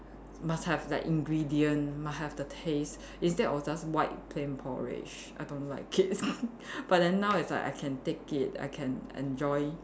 must have like ingredient must have the taste instead of just white plain porridge I don't like but then now it's like I can take it I can enjoy